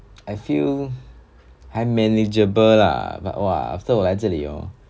I feel 还 manageable lah but !whoa! after 我来这里 hor